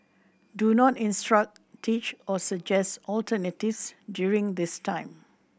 do not instruct teach or suggest alternatives during this time